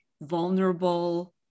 vulnerable